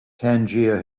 tangier